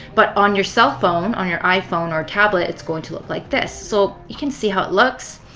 but on your cell phone, on your iphone or tablet, it's going to look like this. so you can see how it looks.